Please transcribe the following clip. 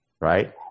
right